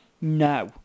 No